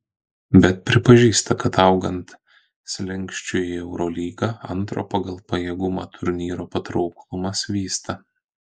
bet pripažįsta kad augant slenksčiui į eurolygą antro pagal pajėgumą turnyro patrauklumas vysta